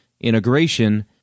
integration